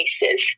cases